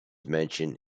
mentioned